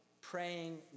praying